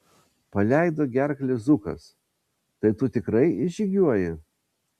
paleido gerklę zukas tai tu tikrai išžygiuoji